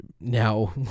Now